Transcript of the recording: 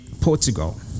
Portugal